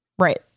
Right